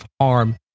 harm